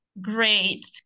Great